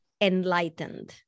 enlightened